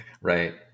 Right